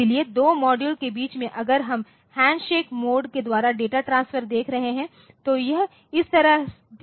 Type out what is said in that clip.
इसलिए 2 मॉड्यूल के बीच में अगर हम हैंडशेक मोड के द्वारा डेटा ट्रांसफर देख रहे हैं तो यह इस तरह है